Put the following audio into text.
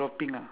ya